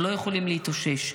הם לא יכולים להתאושש.